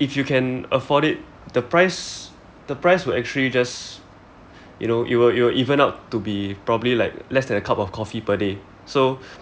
if you can afford it the price the price would actually just you know it will it will even out to be probably like less than a cup of coffee per day so